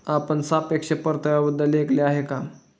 आपण सापेक्ष परताव्याबद्दल ऐकले आहे का?